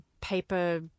paper